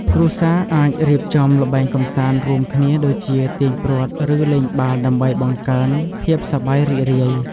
គ្រួសារអាចរៀបចំល្បែងកម្សាន្តរួមគ្នាដូចជាទាញព្រ័ត្រ ឬលេងបាល់ដើម្បីបង្កើនភាពសប្បាយរីករាយ។